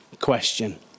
question